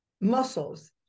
muscles